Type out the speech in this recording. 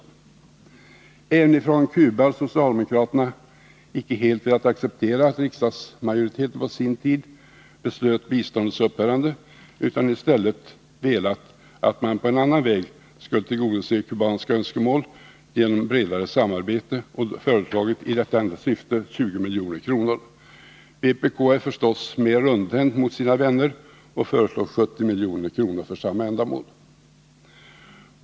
Inte heller i fråga om Cuba har socialdemokraterna helt velat acceptera att riksdagsmajoriteten på sin tid beslöt om biståndets upphörande utan i stället velat att man på en annan väg skulle tillgodose kubanska önskemål genom bredare samarbete och för detta syfte föreslagit 20 milj.kr. Vpk är förstås mer rundhänt mot sina vänner och föreslår 70 milj.kr. för samma ändamål.